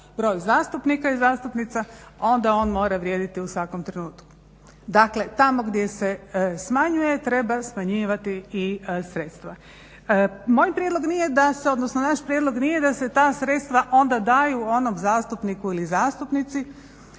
broj zastupnika i zastupnica onda on mora vrijediti u svakom trenutku. Dakle, tamo gdje se smanjuje, treba smanjivati i sredstva. Moj prijedlog nije da se, odnosno naš prijedlog nije da se ta sredstva onda daju onom zastupniku ili zastupnici